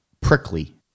prickly